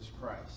Christ